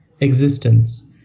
existence